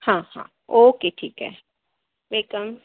हां हां ओके ठीक आहे वेलकम